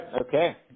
okay